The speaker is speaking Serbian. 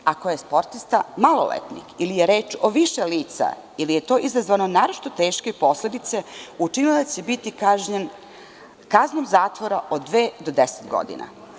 Ako je sportista maloletnih ili je reč o više lica ili je to izazvalo naročito teške posledice, učinilac će biti kažnjen kaznom zatvora od dve do 10 godina.